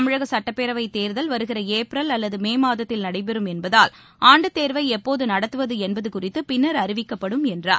தமிழகசட்டப்பேரவைத் தேர்தல் வருகிறளப்ரல் அல்லதுமேமாதத்தில் நடைபெறும் என்பதால் ஆண்டுத் தேர்வைஎப்போதுநடத்துவதுஎன்பதுகுறித்துபின்னர் அறிவிக்கப்படும் என்றார்